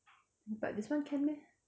but this one can meh